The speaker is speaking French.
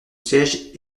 siège